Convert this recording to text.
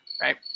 right